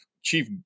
chief